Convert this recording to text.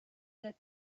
that